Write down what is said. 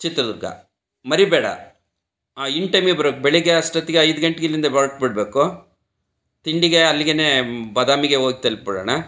ಚಿತ್ರದುರ್ಗ ಮರೀಬೇಡ ಆಂ ಇನ್ ಟೈಮಿಗೆ ಬರ್ಬೇಕು ಬೆಳಿಗ್ಗೆ ಅಷ್ಟೊತ್ತಿಗೆ ಐದು ಗಂಟ್ಗೆ ಇಲ್ಲಿಂದ ಹೊರ್ಟು ಬಿಡಬೇಕು ತಿಂಡಿಗೆ ಅಲ್ಲಿಗೇನೆ ಬಾದಾಮಿಗೆ ಹೋಗ್ ತಲ್ಪಿಬಿಡೋಣ